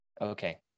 okay